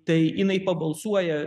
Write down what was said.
tai jinai pabalsuoja